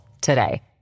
today